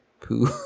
poo